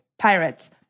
Pirates